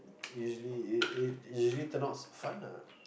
usually it it usually turns out fun ah